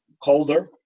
colder